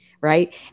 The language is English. right